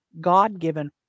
god-given